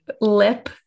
lip